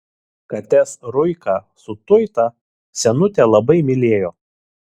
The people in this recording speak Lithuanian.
kates ruiką su tuita senutė labai mylėjo